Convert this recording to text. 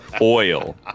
oil